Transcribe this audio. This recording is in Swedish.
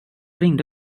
ringde